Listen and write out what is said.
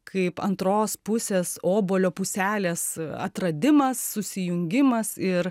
kaip antros pusės obuolio puselės atradimas susijungimas ir